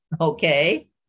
Okay